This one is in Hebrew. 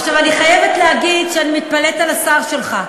עכשיו אני חייבת להגיד שאני מתפלאת על השר שלך,